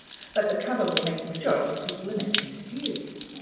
but the cover will make the majority of people imagine that it is.